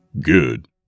Good